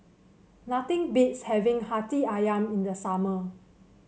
nothing beats having hati ayam in the summer